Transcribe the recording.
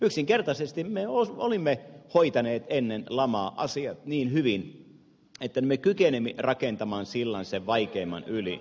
yksinkertaisesti me olimme hoitaneet ennen lamaa asiat niin hyvin että me kykenimme rakentamaan sillan sen vaikeimman yli